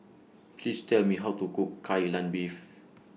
Please Tell Me How to Cook Kai Lan Beef